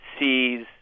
sees